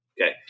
Okay